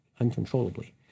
uncontrollably